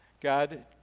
God